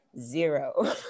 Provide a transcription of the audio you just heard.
zero